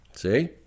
See